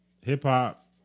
Hip-hop